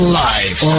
life